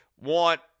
want